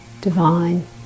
divine